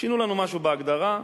שינו לנו משהו בהגדרה,